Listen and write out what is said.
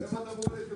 איך אתה פורק את זה?